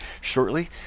shortly